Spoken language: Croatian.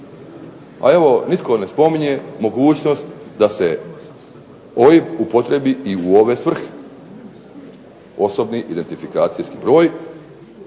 a evo nitko ne spominje mogućnost da se OIB upotrijebi i u ove svrhe osobni identifikacijski broj